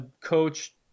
coach